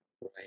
right